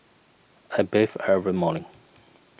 I bathe every morning